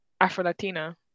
Afro-Latina